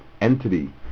entity